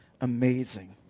amazing